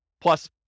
plus